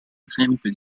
esempio